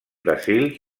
brasil